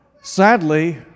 Sadly